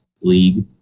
league